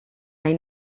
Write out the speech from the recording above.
nahi